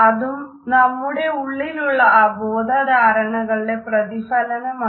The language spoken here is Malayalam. അതും നമ്മുടെ ഉള്ളിലുള്ള അബോധ ധാരണകളുടെ പ്രതിഫലനമാണ്